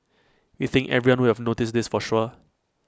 we think everyone would have noticed this for sure